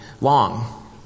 long